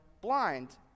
blind